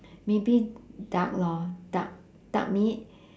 maybe duck lor duck duck meat